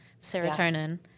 serotonin